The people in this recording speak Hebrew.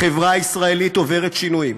החברה הישראלית עוברת שינויים,